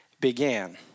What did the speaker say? began